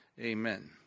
amen